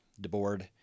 DeBoard